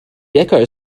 deco